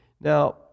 Now